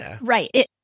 right